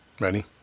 Ready